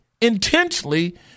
intentionally